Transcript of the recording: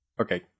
Okay